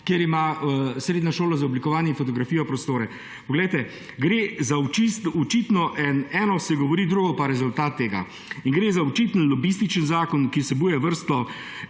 kjer ima Srednja šola za oblikovanje in fotografijo prostore. Poglejte, očitno se eno govori, drugo je pa rezultat tega. In gre za očiten lobističen zakon, ki vsebuje vrsto